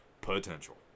potential